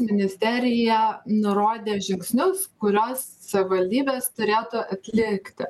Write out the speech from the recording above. ministerija nurodė žingsnius kurios savivaldybės turėtų atlikti